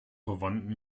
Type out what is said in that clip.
verwandten